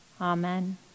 Amen